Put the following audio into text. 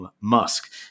Musk